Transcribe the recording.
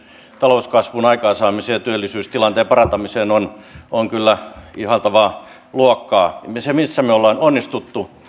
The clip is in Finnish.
talouskasvun aikaansaamiseen ja työllisyystilanteen parantamiseen on on kyllä ihailtavaa luokkaa se missä me olemme onnistuneet